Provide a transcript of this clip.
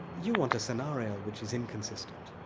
you want a scenario which is inconsistent,